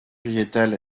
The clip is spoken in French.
végétal